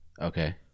Okay